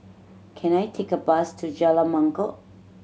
can I take a bus to Jalan Mangkok